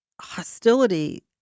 hostility